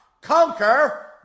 Conquer